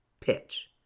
pitch